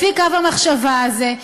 לפי קו המחשבה הזה,